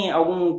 algum